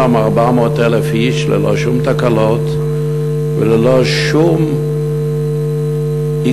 מ-400,000 איש ללא שום תקלות וללא שום עיכוב.